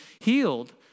healed